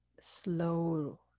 slow